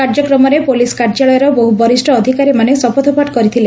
କାର୍ଯ୍ୟକ୍ରମରେ ପୋଲିସ କାର୍ଯ୍ୟାଳୟର ବହୁ ବରିଷ ଅଧିକାରୀମାନେ ଶପଥପାଠ କରିଥିଲେ